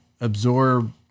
absorb